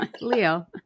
leo